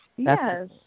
Yes